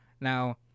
Now